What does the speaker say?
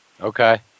Okay